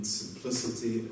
simplicity